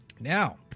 Now